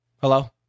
Hello